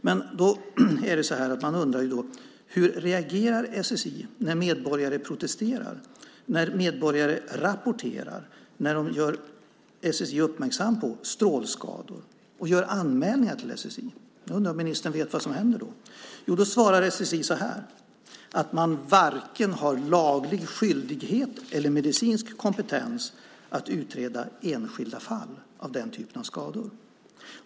Men då undrar man: Hur reagerar SSI när medborgare protesterar och när medborgare rapporterar och gör SSI uppmärksamt på strålskador och gör anmälningar till SSI? Jag undrar om ministern vet vad som då händer. Jo, då svarar SSI att man har varken laglig skyldighet eller medicinsk kompetens att utreda enskilda fall av den typen av skador.